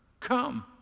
Come